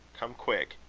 come quick,